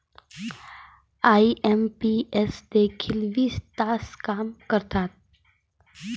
IMPS देखील वीस तास काम करतात?